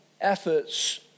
efforts